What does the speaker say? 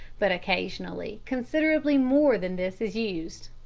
but occasionally considerably more than this is used.